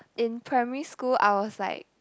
in primary school I was like